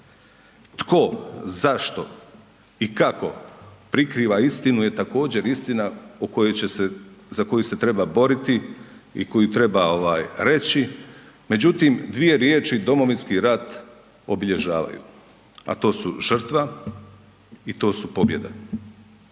Tko, zašto i kako prikriva istinu je također istina o kojoj će se, za koju se treba boriti i koju treba ovaj reći, međutim dvije riječi domovinski rat obilježavaju, a to su žrtva i to su pobjeda